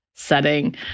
setting